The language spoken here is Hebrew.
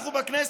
רבה.